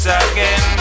again